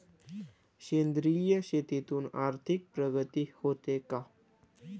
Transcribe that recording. सेंद्रिय शेतीतून आर्थिक प्रगती होते का?